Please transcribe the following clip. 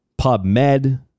PubMed